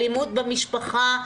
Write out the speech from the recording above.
אלימות במשפחה,